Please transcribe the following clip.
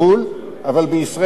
אבל בישראל הוא לא נחשב כזה.